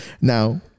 Now